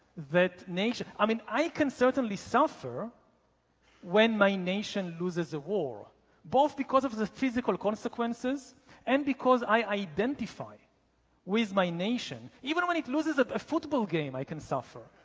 that nature, i mean i can certainly suffer when my nation loses a war both because of the physical consequences and because i identify with my nation. even when it loses at a football game, i can suffer.